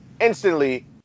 instantly